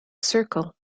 circle